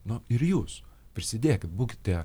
na ir jūs prisidėkit būkite